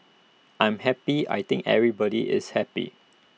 I'm happy I think everybody is happy